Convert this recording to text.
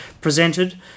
presented